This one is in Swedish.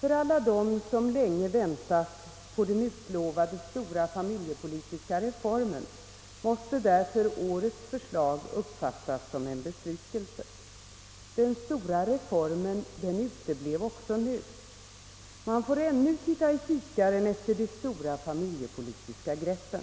För alla som länge väntat på den utlovade stora familjepolitiska reformen måste därför årets förslag uppfattas som en besvikelse. Den stora reformen uteblev också nu. Man får ännu titta i kikaren efter de stora familjepolitiska greppen.